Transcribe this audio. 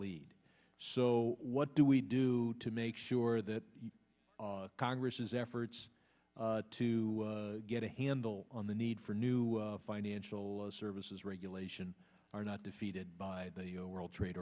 lead so what do we do to make sure that congress is efforts to get a handle on the need for new financial services regulation are not defeated by the world trade